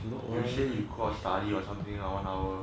you say you go study or something lah one hour